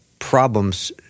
Problems